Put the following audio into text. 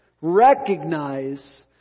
recognize